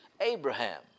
Abraham